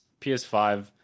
PS5